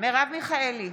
מרב מיכאלי,